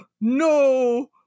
no